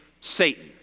Satan